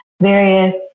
Various